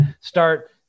start